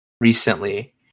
recently